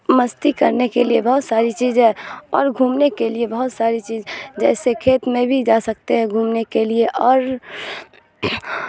مستی کرنے کے لیے بہت ساری چیز ہے اور گھومنے کے لیے بہت ساری چیز جیسے کھیت میں بھی جا سکتے ہیں گھومنے کے لیے اور